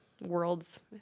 worlds